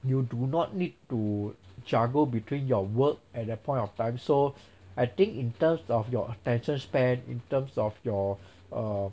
you do not need to juggle between your work at that point of time so I think in terms of your attention span in terms of your err